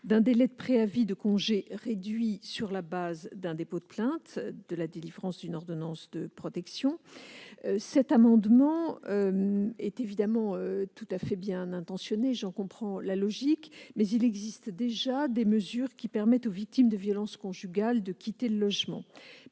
d'un délai de préavis de congé réduit sur la base d'un dépôt de plainte ou de la délivrance d'une ordonnance de protection. Il est évidemment tout à fait bien intentionné, et j'en comprends la logique, mais il existe déjà des mesures qui permettent aux victimes de violences conjugales de quitter le logement.